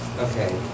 Okay